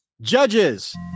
Judges